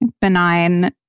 benign